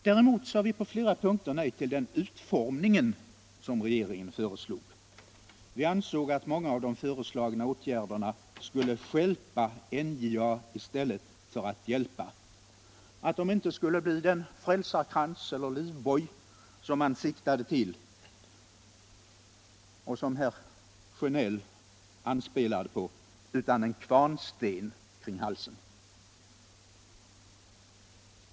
Däremot sade vi på flera punkter nej till den utformning som regeringen föreslog. Vi ansåg att många av de föreslagna åtgärderna skulle stjälpa NJA i stället för att hjälpa, att de inte skulle bli den frälsarkrans, eller livboj, som man siktade till, utan en kvarnsten kring halsen.